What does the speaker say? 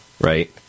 right